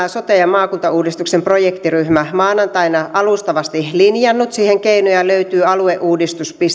tämä sote ja maakuntauudistuksen projektiryhmä alustavasti linjannut siihen keinoja löytyy alueuudistus